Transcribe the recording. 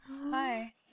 Hi